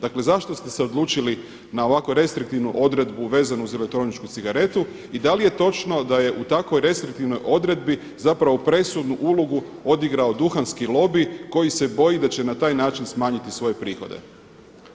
Dakle zašto ste se odlučili na ovako restriktivnu odredbu vezanu uz elektroničku cigaretu i da li je točno da je u takvoj restriktivnoj odredbi zapravo presudnu ulogu odigrao duhanski lobi koji se boji da će na taj način smanjiti svoje prihode.